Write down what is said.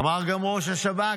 אמר גם ראש השב"כ,